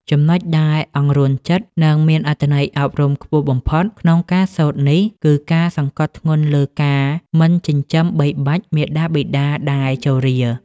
ចំណុចដែលអង្រួនចិត្ត និងមានអត្ថន័យអប់រំខ្ពស់បំផុតក្នុងការសូត្រនេះ គឺការសង្កត់ធ្ងន់លើការមិនចិញ្ចឹមបីបាច់មាតាបិតាដែលជរា។